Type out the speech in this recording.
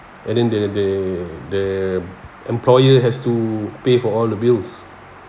and then the they the employer has to pay for all the bills